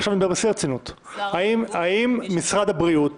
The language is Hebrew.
ועכשיו אני מדבר בשיא הרצינות, האם משרד הבריאות